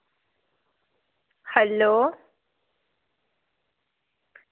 hello